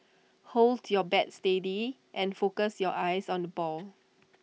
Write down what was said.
hold your bat steady and focus your eyes on the ball